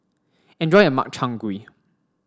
enjoy your Makchang Gui